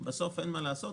בסוף אין מה לעשות,